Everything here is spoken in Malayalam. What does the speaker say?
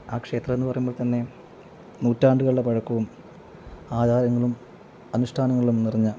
ആ ക്ഷേത്രമെന്നു പറയുമ്പോൾ തന്നെ നൂറ്റാണ്ടുകളുടെ പഴക്കവും ആചാരങ്ങളും അനുഷ്ടാനങ്ങളും നിറഞ്ഞ